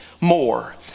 more